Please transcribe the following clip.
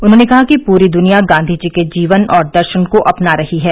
उन्होंने कहा कि पूरी दुनिया गांधीजी के जीवन और दर्शन को अपना रही है